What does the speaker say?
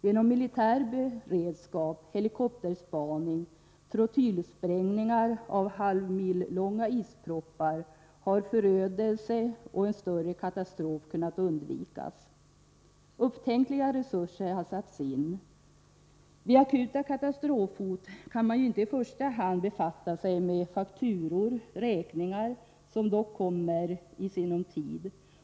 Genom militär beredskap, helikopterspaning, trotylsprängningar av halvmilslånga isproppar har förödelse och en större katastrof kunnat undvikas. Upptänkliga resurser har satts in. Vid akuta katastrofhot kan man ju inte i första hand befatta sig med fakturor, räkningar, som dock kommer i sinom tid.